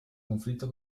conflitto